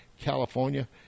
California